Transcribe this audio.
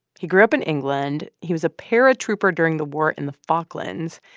he grew up in england. he was a paratrooper during the war in the falklands.